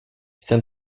jsem